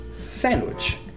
sandwich